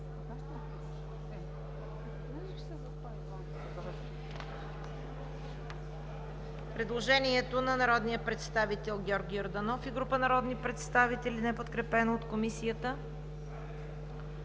предложение на народния представител Георги Йорданов и група народни представители –§ 2 отпада. Комисията